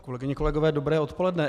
Kolegyně, kolegové, dobré odpoledne.